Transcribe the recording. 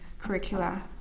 curricula